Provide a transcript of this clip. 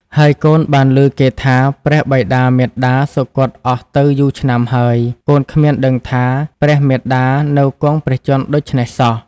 ហើយកូនបានឮគេថា ព្រះបិតាមាតាសុគតអស់ទៅយូរឆ្នាំហើយ កូនគ្មានដឹងថា ព្រះមាតានៅគង់ព្រះជន្មដូច្នេះសោះ " ។